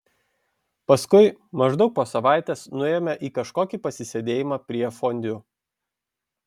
paskui maždaug po savaitės nuėjome į kažkokį pasisėdėjimą prie fondiu